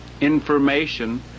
information